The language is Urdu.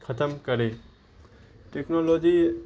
ختم کرے ٹیکنالوجی